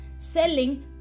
selling